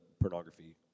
pornography